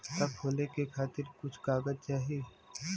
खाता खोले के खातिर कुछ कागज चाही?